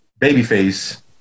Babyface